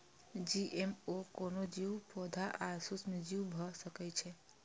GMO कोनो जीव, पौधा आ सूक्ष्मजीव भए सकै छै